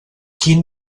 quin